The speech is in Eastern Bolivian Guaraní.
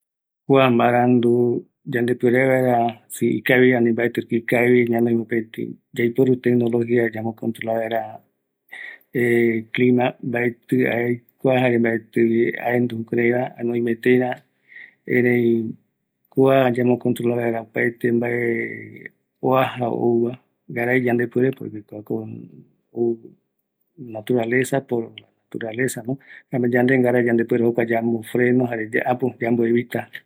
Kua mbarandu yande puerera yayopia kua araposɨ reta, mbaetɨ aikuata, ëreï ngara ndipo oïme tecnologia ipuere kua ara imbaepuerere, seve guara mbaetɨ